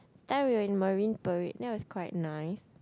that we were in Marine-Parade that was quite nice